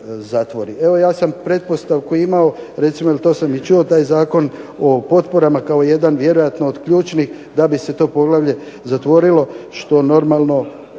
Evo ja sam pretpostavku imao, recimo to sam i čuo taj Zakon o potporama kao jedan vjerojatno od ključnih da bi se to poglavlje zatvorilo što normalno